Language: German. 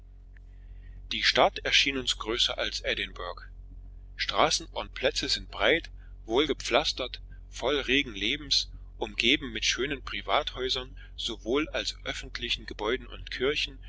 die stadt schien uns größer als edinburgh straßen und plätze sind breit wohlgepflastert voll regen lebens umgeben mit schönen privathäusern sowohl als öffentlichen gebäuden und kirchen